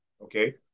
okay